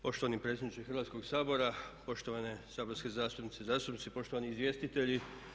Poštovani predsjedniče Hrvatskog sabora, poštovane saborske zastupnice i zastupnici, poštovani izvjestitelji.